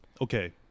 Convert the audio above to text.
Okay